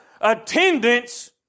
attendance